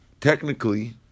Technically